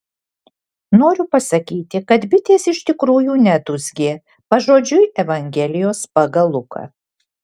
noriu pasakyti kad bitės iš tikrųjų nedūzgė pažodžiui evangelijos pagal luką